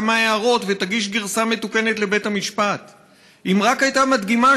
כמה הערות / ותגיש גרסה מתוקנת לבית המשפט / אם רק הייתה מדגימה